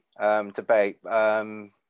debate